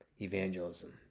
evangelism